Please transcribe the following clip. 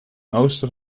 oosten